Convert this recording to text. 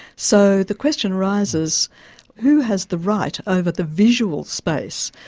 so the question arises who has the right over the visual space?